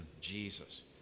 Jesus